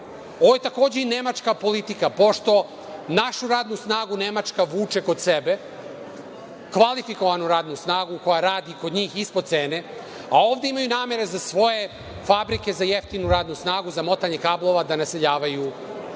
Ovo je takođe i nemačka politika, pošto našu radnu snagu Nemačka vuče kod sebe, kvalifikovanu radnu snagu koja radi kod njih ispod cene, a ovde imaju namere za svoje fabrike za jeftinu radnu snagu, za motanje kablova, da naseljavaju